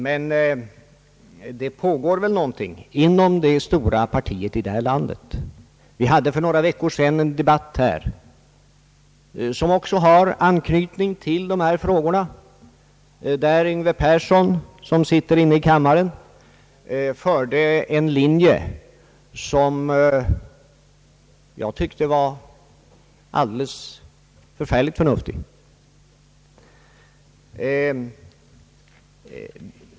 Men det pågår ändå en process inom det stora socialdemokratiska partiet i detta land. För några veckor sedan debatterade vi i denna kammare frågor som har anknytning till dagens tema. Då drev herr Yngve Persson en linje i fråga om struktur och jämlikhet, som har samband med den fråga vi i dag behandlar. Jag tyckte han hade vettiga synpunkter även om de inte sammanföll med regeringspartiets officiella linjer.